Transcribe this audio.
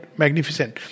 magnificent